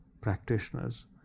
practitioners